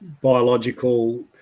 biological